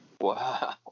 Wow